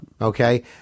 Okay